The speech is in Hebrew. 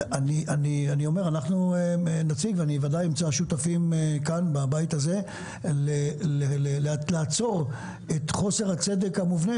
אני ודאי אמצא שותפים בבית הזה כדי לעצור את חוסר הצדק המובנה